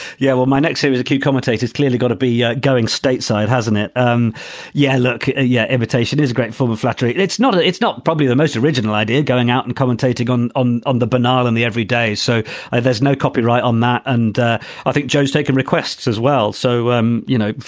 yeah, well, my next he was a q commentators. clearly going to be yeah going stateside, hasn't it? um yeah, look. yeah imitation is great form of flattery. and it's not ah it's not probably the most original idea going out and commentating on on the banal and the everyday. so there's no copyright on that. and i think joe's taken requests as well. so, um you know,